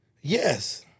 Yes